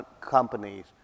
companies